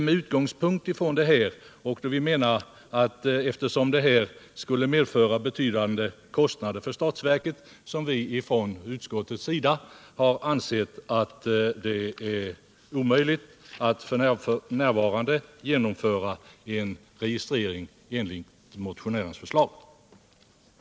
Med utgångspunkt i dessa fakta och eftersom vi menar att en registrering skulle medföra betydande kostnader för statsverket har vi från utskottets sida ansett att det är omöjligt att f. n. genomföra en registrering enligt motionärernas förslag.